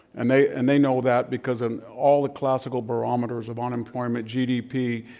and they and they know that because um all the classical barometers of unemployment, gdp,